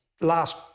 last